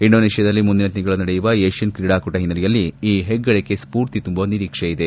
ಇಂಡೋನೇಷ್ಯಾದಲ್ಲಿ ಮುಂದಿನ ತಿಂಗಳು ನಡೆಯುವ ಏಷ್ಯನ್ ಕ್ರೀಡಾಕೂಟ ಹಿನ್ನೆಲೆಯಲ್ಲಿ ಈ ಹೆಗ್ಗಳಿಕೆ ಸ್ಪೂರ್ತಿ ತುಂಬುವ ನಿರೀಕ್ಸೆಯಿದೆ